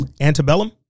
antebellum